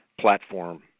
platform